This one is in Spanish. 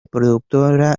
productora